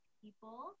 people